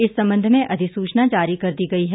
इस संबंध में अधिसूचना जारी कर दी गई है